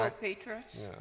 Patriots